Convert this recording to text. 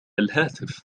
الهاتف